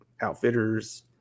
outfitters